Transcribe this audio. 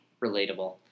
relatable